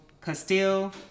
Castile